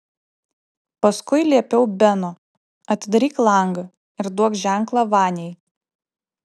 paskui liepiau beno atidaryk langą ir duok ženklą vaniai